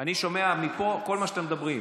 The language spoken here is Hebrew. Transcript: אני שומע מפה את כל מה שאתם מדברים,